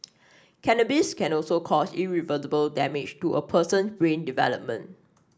cannabis can also cause irreversible damage to a person brain development